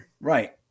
Right